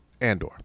Andor